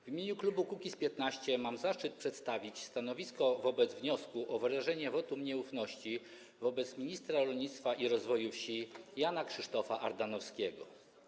W imieniu klubu Kukiz’15 mam zaszczyt przedstawić stanowisko w sprawie wniosku o wyrażenie wotum nieufności wobec ministra rolnictwa i rozwoju wsi Jana Krzysztofa Ardanowskiego.